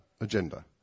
agenda